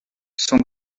son